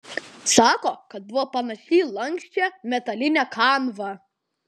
sako kad buvo panaši į lanksčią metalinę kanvą